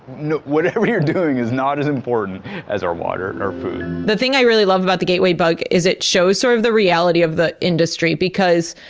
whatever you're doing is not as important as our water and our food. the thing i really love about the gateway bug is it shows sort of the reality of the industry, because